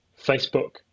Facebook